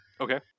Okay